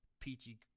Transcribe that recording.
peachy